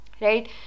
right